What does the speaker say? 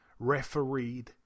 refereed